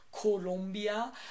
Colombia